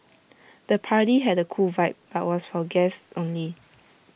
the party had A cool vibe but was for guests only